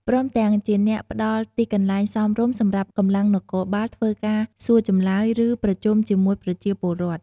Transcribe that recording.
ព្រមទាំងជាអ្នកផ្ដល់ទីកន្លែងសមរម្យសម្រាប់កម្លាំងនគរបាលធ្វើការសួរចម្លើយ ឬប្រជុំជាមួយប្រជាពលរដ្ឋ។